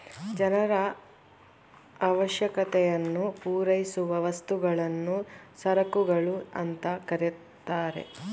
ಜನರ ಅವಶ್ಯಕತೆಯನ್ನು ಪೂರೈಸುವ ವಸ್ತುಗಳನ್ನು ಸರಕುಗಳು ಅಂತ ಕರೆತರೆ